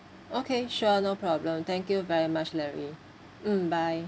okay sure no problem thank you very much larry mm bye